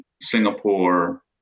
Singapore